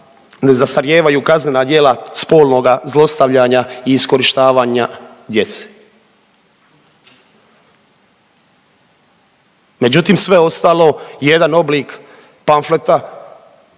ne zastarijevaju kaznena djela spolnoga zlostavljanja i iskorištavanja djece, međutim sve ostalo je jedan oblik pamfleta